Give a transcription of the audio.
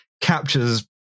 captures